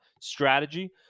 Strategy